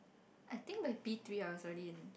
I think I_P three I was already in